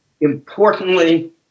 importantly